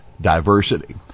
diversity